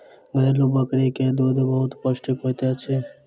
घरेलु बकरी के दूध बहुत पौष्टिक होइत अछि